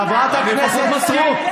חברת הכנסת סטרוק, קריאה שנייה.